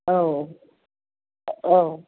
औ औ